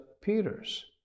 Peter's